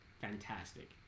Fantastic